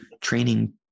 training